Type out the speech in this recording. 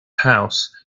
house